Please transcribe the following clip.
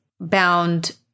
bound